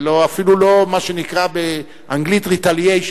ואפילו לא מה שנקרא באנגלית retaliation,